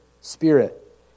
spirit